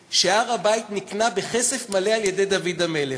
שהר-הבית נקנה בכסף מלא על-ידי דוד המלך.